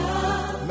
Love